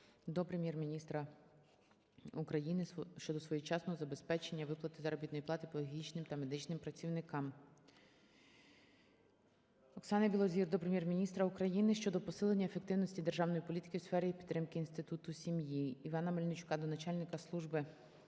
до Прем'єр-міністра України щодо своєчасного забезпечення виплати заробітної плати педагогічним та медичним працівникам. Оксани Білозір до Прем'єр-міністра України щодо посилення ефективності державної політики у сфері підтримки інституту сім'ї. Івана Мельничука до начальника Служби